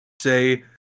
say